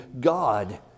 God